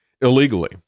illegally